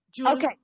Okay